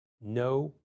no